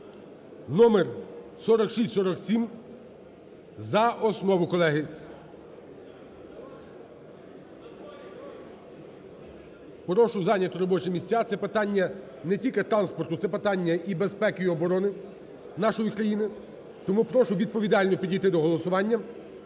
(номер 4647) за основу, колеги. Прошу зайняти робочі місця, це питання не тільки транспорту, це питання і безпеки, і оборони нашої країни, тому прошу відповідально підійти до голосування